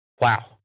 wow